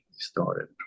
Started